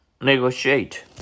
Negotiate